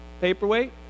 paperweight